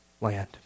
land